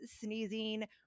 sneezing